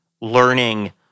learning